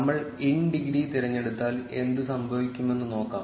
നമ്മൾ in degree തിരഞ്ഞെടുത്താൽ എന്ത് സംഭവിക്കുമെന്ന് നോക്കാം